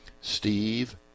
steve